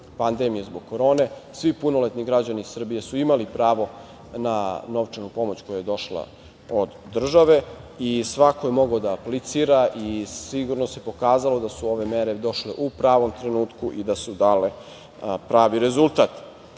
pandemije zbog korone. Svi punoletni građani Srbije su imali pravo na novčanu pomoć koja je došla od države i svako je mogao da aplicira i sigurno se pokazalo da su ove mere došle u pravom trenutku i da su dale pravi rezultat. Ono